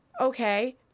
Okay